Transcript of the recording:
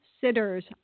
sitters